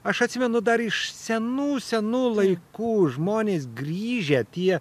aš atsimenu dar iš senų senų laikų žmonės grįžę tie